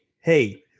hey